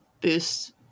boost